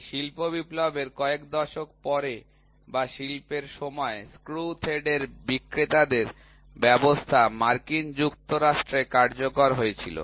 এই শিল্প বিপ্লবের কয়েক দশক পরে বা শিল্পের সময় স্ক্রু থ্রেডের বিক্রেতাদের ব্যবস্থা মার্কিন যুক্তরাষ্ট্রে কার্যকর হয়েছিল